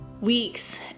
weeks